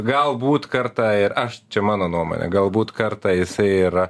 galbūt kartą ir aš čia mano nuomone galbūt kartą jisai yra